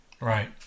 Right